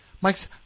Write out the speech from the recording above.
Mike's